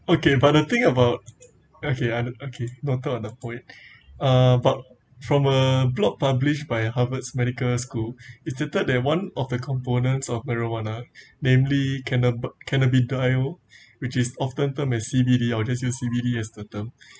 okay but the thing about okay under~ okay noted on the point uh but from a blog published by Harvard's medical schools it stated that one of the components of marijuana namely cannaba~ cannabidiol which is often term as C_B_D I'll just use C_B_D as the term